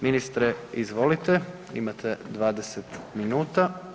Ministre izvolite imate 20 minuta.